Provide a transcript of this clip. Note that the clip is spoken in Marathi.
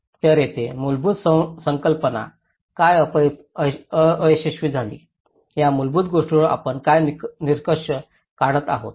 तर येथे मूलभूत संकल्पना का अयशस्वी झाली या मूलभूत गोष्टीवर आपण काय निष्कर्ष काढत आहोत